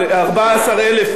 ארבעה-עשר,